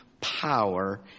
Power